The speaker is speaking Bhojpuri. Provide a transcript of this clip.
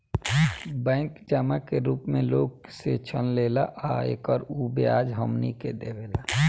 बैंक जमा के रूप मे लोग से ऋण लेला आ एकर उ ब्याज हमनी के देवेला